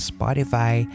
Spotify